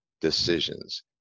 decisions